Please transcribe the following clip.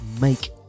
make